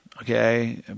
Okay